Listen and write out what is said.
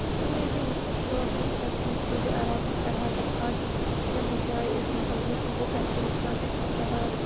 اِسی لیے کہِ مےٚ چھِ شوق کہِ بہٕ گژھٕ ہا سعیود عرب بہٕ کَرٕ ہا تَتہِ حجہِ یِم جایہِ أسۍ مطلب یوٗٹوٗبو پٮ۪ٹھ چھِ وٕچھان أسۍ چھِ پَران